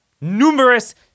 Numerous